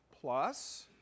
plus